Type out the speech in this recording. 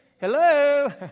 Hello